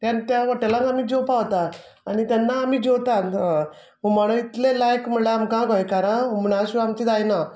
त्या त्या हॉटॅलांक आमी जेवपा वता आनी तेन्ना आमी जेवतान अ हुमण इतलें लायक म्हळ्ळ्या आमकां गोंयकारां हुमणा शिवाय आमचें जायना